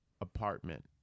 apartment